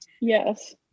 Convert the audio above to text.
Yes